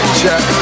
jack